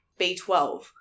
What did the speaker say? B12